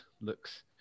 Looks